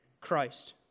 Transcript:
Christ